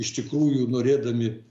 iš tikrųjų norėdami